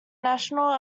national